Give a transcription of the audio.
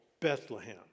Bethlehem